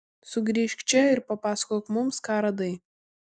sugrįžk čia ir papasakok mums ką radai